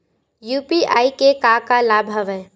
UPI के का का लाभ हवय?